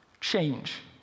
change